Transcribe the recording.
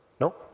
No